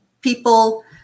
people